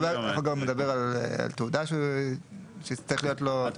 החוק גם מדבר על תעודה שתצטרך להיות לו.